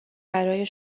برای